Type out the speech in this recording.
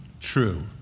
true